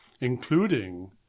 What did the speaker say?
including